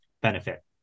benefit